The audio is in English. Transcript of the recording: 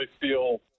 feel